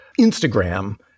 Instagram